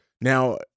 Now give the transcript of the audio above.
now